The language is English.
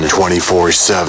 24-7